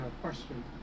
question